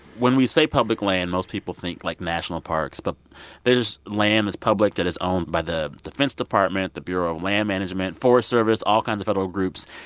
when we say public land, most people think, like, national parks. but there's land that's public that is owned by the defense department, the bureau of land management, forest service, all kinds of federal groups.